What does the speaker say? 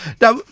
Now